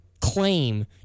claim